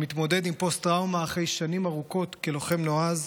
שמתמודד עם פוסט-טראומה אחרי שנים רבות כלוחם נועז,